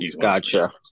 gotcha